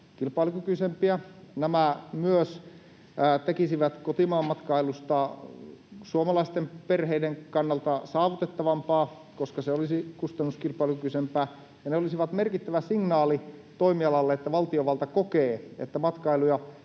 Tämä tekisi kotimaanmatkailusta suomalaisten perheiden kannalta myös saavutettavampaa, koska se olisi kustannuskilpailukykyisempää, ja se olisi merkittävä signaali toimialalle siitä, että valtiovalta kokee, että matkailu-